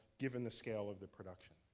given the scale of the production.